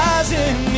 Rising